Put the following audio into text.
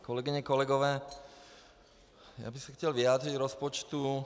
Kolegyně, kolegové, já bych se chtěl vyjádřit k rozpočtu.